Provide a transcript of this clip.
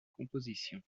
composition